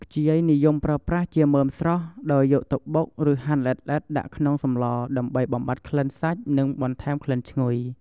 ខ្ជាយនិយមប្រើប្រាស់ជាមើមស្រស់ ដោយយកទៅបុក ឬហាន់ល្អិតៗដាក់ក្នុងសម្លដើម្បីបំបាត់ក្លិនសាច់និងបន្ថែមក្លិនឈ្ងុយ។